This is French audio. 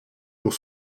pour